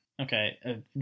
Okay